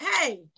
Hey